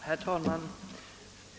Herr talman!